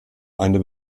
eine